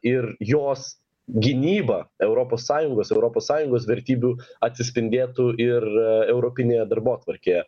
ir jos gynyba europos sąjungos europos sąjungos vertybių atsispindėtų ir europinė darbotvarkė